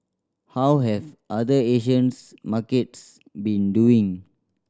how have other Asians markets been doing